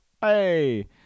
Hey